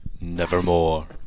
Nevermore